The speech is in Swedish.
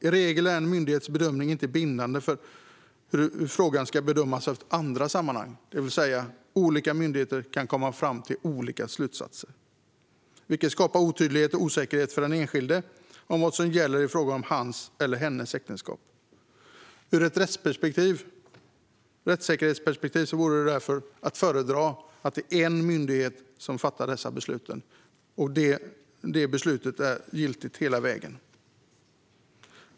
I regel är en myndighets bedömning inte bindande för hur frågan ska bedömas i andra sammanhang. Olika myndigheter kan komma fram till olika slutsatser, vilket skapar otydlighet och osäkerhet för den enskilde om vad som gäller i fråga om hans eller hennes äktenskap. Ur ett rättssäkerhetsperspektiv vore det därför att föredra att det endast är en myndighet som fattar dessa beslut och att beslutet sedan är giltigt hela vägen.